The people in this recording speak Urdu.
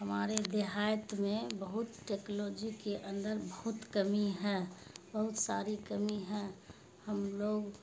ہمارے دیہات میں بہت ٹیکلوجی کے اندر بہت کمی ہے بہت ساری کمی ہے ہم لوگ